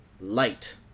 light